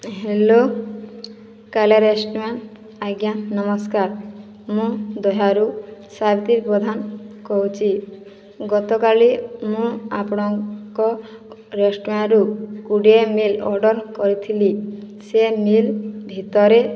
hello Kala restaurant ଆଜ୍ଞା ନମସ୍କାର ମୁଁ ଦହ୍ୟାରୁ ସାବିତ୍ରୀ ପ୍ରଧାନ କହୁଛି ଗତକାଲି ମୁଁ ଆପଣଙ୍କ ରେଷ୍ଟୁରାଣ୍ଟରୁ ଗୋଟିଏ ମିଲ୍ ଅର୍ଡ଼ର କରିଥିଲି ସେ ମିଲ୍ ଭିତରେ